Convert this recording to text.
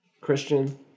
Christian